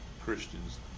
Christians